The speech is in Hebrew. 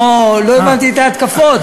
לא, לא הבנתי את ההתקפות.